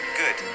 good